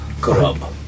grub